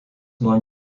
nuo